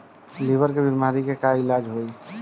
Liver के बीमारी के का इलाज होई?